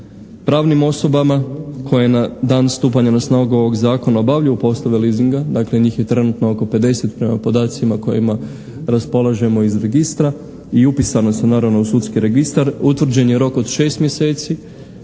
Pravnim osobama koje na dan stupanja na snagu ovog Zakona obavljaju poslove leasinga dakle njih je trenutno oko 50 prema podacima kojima raspolažemo iz registra i upisana su naravno u sudski registar utvrđen je rok od 6 mjeseci